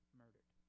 murdered